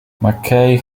mckay